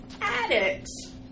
addicts